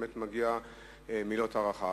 באמת מגיעות מילות הערכה.